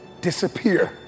Disappear